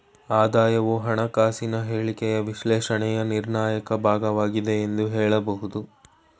ಆದಾಯವು ಹಣಕಾಸಿನ ಹೇಳಿಕೆಯ ವಿಶ್ಲೇಷಣೆಯ ನಿರ್ಣಾಯಕ ಭಾಗವಾಗಿದೆ ಎಂದು ಹೇಳಬಹುದು